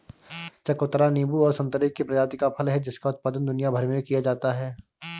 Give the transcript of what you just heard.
चकोतरा नींबू और संतरे की प्रजाति का फल है जिसका उत्पादन दुनिया भर में किया जाता है